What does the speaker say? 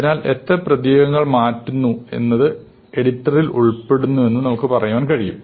അതിനാൽ എത്ര പ്രതീകങ്ങൾ മാറുന്നു എന്നത് എഡിറ്റിൽ ഉൾപ്പെടുന്നുവെന്ന് നമുക്ക് പറയാൻ കഴിയും